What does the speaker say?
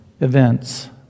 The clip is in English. events